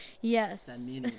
yes